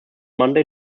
monday